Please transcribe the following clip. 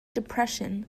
depression